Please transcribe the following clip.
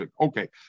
Okay